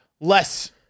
less